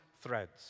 threads